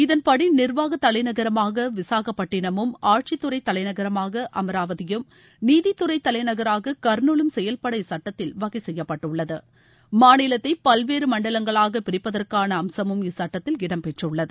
இதன்படி நிர்வாகதலைநகரமாகவிசாகப்பட்டினமும் ஆட்சித்துறைதலைநகராகஅமராவதியும் நீதித்துறைதலைநகராககர்நூலும் செயல்பட இச்சட்டத்தில் வகைசெய்யப்பட்டுள்ளது மாநிலத்தைபல்வேறுமண்டங்களாகபிரிப்பதற்கானஅம்சமும் இச்சுட்டத்தில் இடம் பெற்றுள்ளது